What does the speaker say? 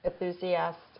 enthusiasts